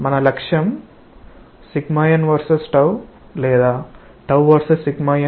మన లక్ష్యం nvsorvsn యొక్క లోకస్ లను కనుగొనడం